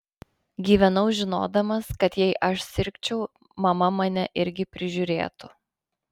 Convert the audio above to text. gyvenau žinodamas kad jei aš sirgčiau mama mane irgi prižiūrėtų